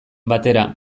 batera